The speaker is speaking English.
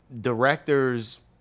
directors